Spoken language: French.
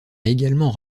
également